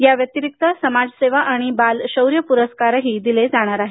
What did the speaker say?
या व्यतिरिक्त समाज सेवा आणि बाल शौर्य पुरस्कारही दिले जाणार आहेत